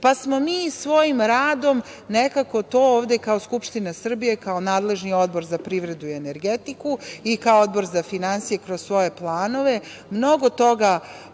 Mi smo svojim radom nekako to ovde, kao Skupština Srbije, kao nadležni Odbor za privredu i energetiku i kao Odbor za finansije kroz svoje planove mnogo toga